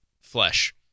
flesh